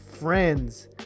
friends